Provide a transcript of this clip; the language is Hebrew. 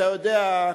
אתה יודע,